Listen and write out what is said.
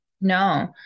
no